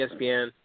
ESPN